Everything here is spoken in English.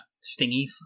stingy